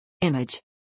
Image